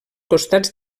costats